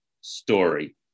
story